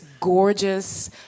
gorgeous